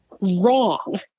wrong